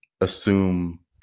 assume